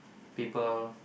people